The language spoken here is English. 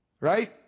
Right